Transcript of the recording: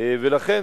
לכן,